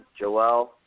Joelle